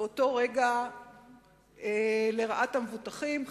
באותו רגע לרעת המבוטחים,